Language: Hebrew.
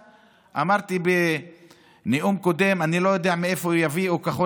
אמרתי בנאום קודם שאני לא יודע מאיפה יביאו כחול